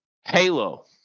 halo